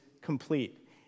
complete